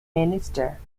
minister